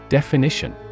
Definition